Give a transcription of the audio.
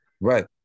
Right